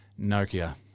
Nokia